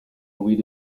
louis